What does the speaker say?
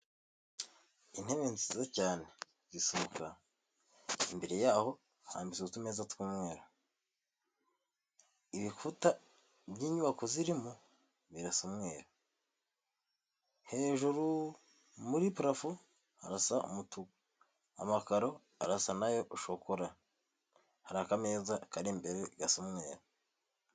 Intebe nziza cyane zisa umukara, imbere y'aho hambitse utumeza tw'umweru, ibikuta by'inyubako zirimo birasa umweru, hejuru muri parafo harasa umutuku, amakaro arasa na yo shokora, hari akameza kari imbere gasa umweru.